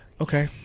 Okay